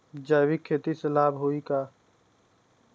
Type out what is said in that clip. जैविक खेती से लाभ होई का?